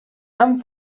amb